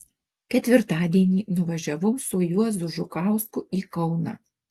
ketvirtadienį nuvažiavau su juozu žukausku į kauną